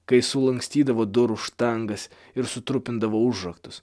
kai sulankstydavo durų štangas ir sutrupindavo užraktus